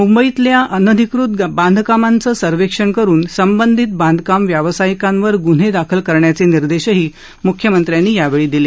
म्ंबईतील अनधिकृत बांधकामांचं सर्वेक्षण करून संबंधित बांधकाम व्यावसायिकांवर गुन्हे दाखल करण्याचे निर्देशही म्ख्यमंत्र्यांनी यावेळी दिले